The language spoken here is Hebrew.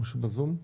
מישהו בזום?